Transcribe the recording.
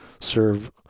serve